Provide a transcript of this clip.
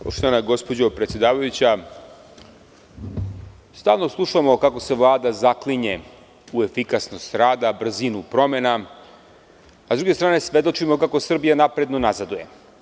Poštovana gospođo predsedavajuća, stalno slušamo kako se Vlada zaklinje u efikasnost rada, brzinu promena, a sa druge strane svedočimo kako Srbija napredno nazaduje.